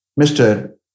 Mr